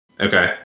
Okay